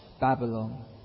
Babylon